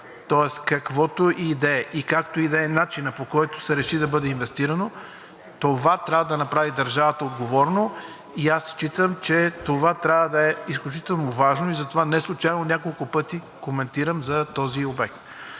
Тоест каквото и да е, какъвто и да е начинът, по който се реши да бъде инвестирано, това трябва да направи държавата отговорно и аз считам, че това трябва да е изключително важно, затова неслучайно няколко пъти коментирам за този обект.